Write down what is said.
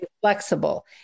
flexible